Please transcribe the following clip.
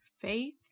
faith